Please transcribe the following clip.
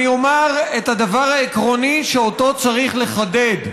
אומר את הדבר העקרוני שצריך לחדד: